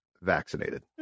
vaccinated